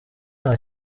nta